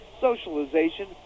socialization